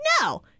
no